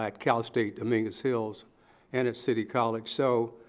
like cal state dominguez hills and at city college, so